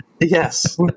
yes